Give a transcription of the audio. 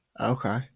Okay